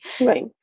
Right